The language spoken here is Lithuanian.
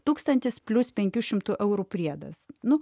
tūkstantis plius penkių šimtų eurų priedas nu